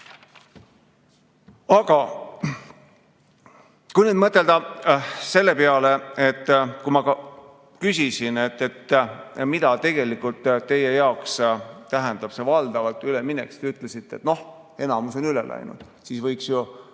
Aga kui nüüd mõtelda selle peale, nagu ma juba küsisin, mida tegelikult teie jaoks tähendab see valdavalt üleminek. Te ütlesite, et enamus on üle läinud. Siis võiks ju